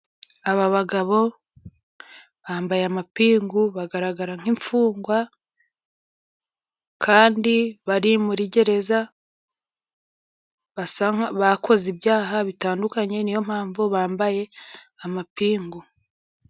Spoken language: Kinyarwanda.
Aba bagabo bambaye amapingu bagaragara nk'imfungwa, kandi bari muri gereza, bakoze ibyaha bitandukanye, ni yo mpamvu bambaye amapingu.